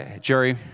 Jerry